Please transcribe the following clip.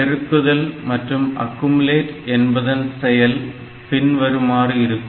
பெருக்குதல் மற்றும் அக்குமுலேட் என்பதன் செயல் பின்வருமாறு இருக்கும்